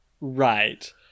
Right